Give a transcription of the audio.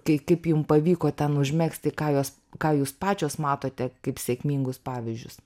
kai kaip jums pavyko ten užmegzti ką jos ką jūs pačios matote kaip sėkmingus pavyzdžius